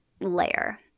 layer